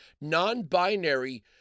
non-binary